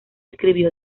escribió